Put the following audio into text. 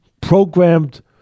programmed